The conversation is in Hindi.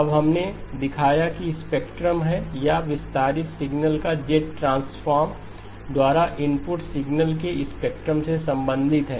अब हमने दिखाया कि यह स्पेक्ट्रम है या विस्तारित सिग्नल का z ट्रांसफार्म X X द्वारा इनपुट सिग्नल के स्पेक्ट्रम से संबंधित है